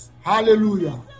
Hallelujah